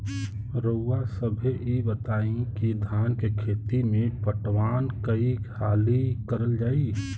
रउवा सभे इ बताईं की धान के खेती में पटवान कई हाली करल जाई?